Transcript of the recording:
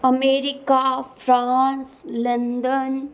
America France London